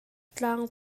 tlang